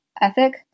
ethic